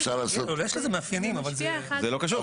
יש לזה מאפיינים --- זה לא קשור,